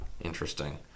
Interesting